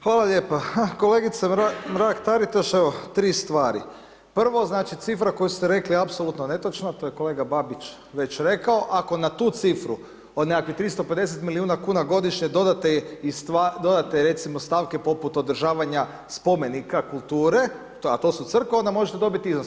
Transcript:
Hvala lijepa, kolegice Mrak-Taritaš, evo 3 stvari, prvo znači cifra koju ste rekli apsolutno netočna, to je kolega Babić već rekao, ako na tu cifru od nekakvih 350 milijuna kuna godišnje dodate recimo stavke poput održavanja spomenika kulture, a to su crkve onda možete dobiti iznos.